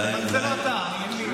אבל זה לא אתה.